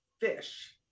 fish